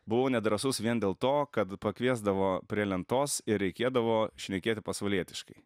buvau nedrąsus vien dėl to kad pakviesdavo prie lentos ir reikėdavo šnekėti pasvalietiškai